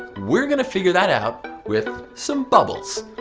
we're going to figure that out, with some bubbles.